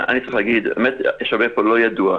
אני צריך להגיד, האמת שהרבה פה לא ידוע.